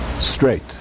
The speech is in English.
straight